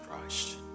Christ